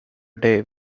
day